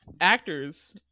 actors